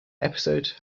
episode